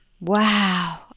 Wow